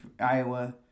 Iowa